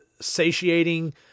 satiating